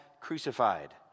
crucified